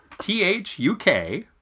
T-H-U-K